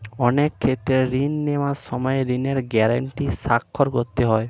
অনেক ক্ষেত্রে ঋণ নেওয়ার সময় ঋণের গ্যারান্টি স্বাক্ষর করতে হয়